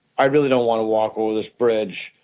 i really don't want to walk over this bridge.